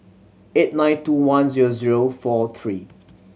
eight nine two one zero zero four three